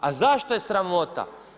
A zašto je sramota?